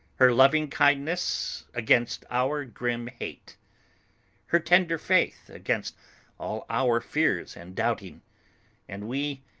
her loving kindness against our grim hate her tender faith against all our fears and doubting and we,